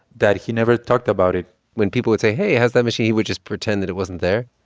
that he never talked about it when people would say hey, how's that machine? he would just pretended it wasn't there?